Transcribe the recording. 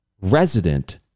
resident